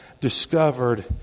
discovered